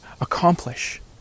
accomplish